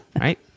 Right